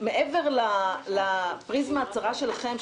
מעבר לפריזמה הצרה שלכם,